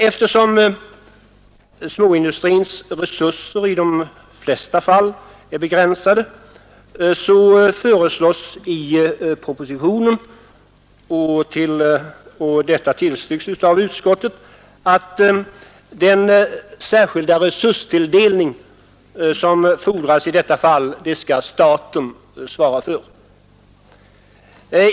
Eftersom småindu strins resurser i de flesta fall är begränsade föreslås i propositionen, och detta tillstyrkes av utskottet, att staten skall svara för den särskilda resurstilldelning som fordras i detta fall.